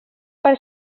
per